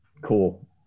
cool